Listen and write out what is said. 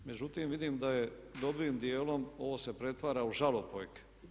Međutim, vidim da je dobrim dijelom ovo se pretvara u žalopojke.